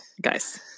Guys